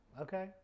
Okay